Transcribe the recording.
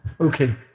Okay